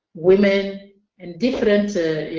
women and different, a